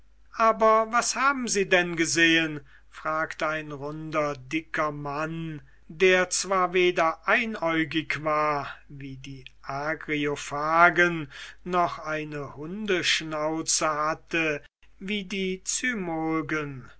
aber was haben sie denn gesehen fragte ein runder dicker mann der zwar weder einäugig war wie die agriophagen noch eine hundsschnauze hatte wie die